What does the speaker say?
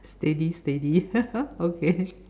steady steady okay